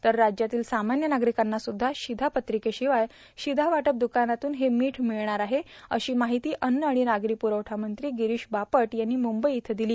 तर राज्यातील सामान्य नार्गारकांना सुद्धा शिधापत्रिकेशवाय शिधावाटप दुकानातून हे मीठ मिळणार आहे अशी माहिती अन्न आर्मण नागरी प्रवठामंत्री गिरीश बापट यांनी मुंबई इथं दिली